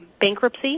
bankruptcy